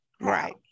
Right